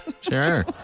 Sure